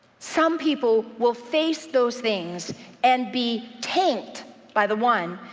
some people will face those things and be tanked by the one,